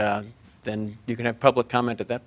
then you can have public comment at that